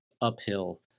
uphill